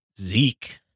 Zeke